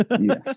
Yes